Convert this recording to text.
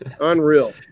Unreal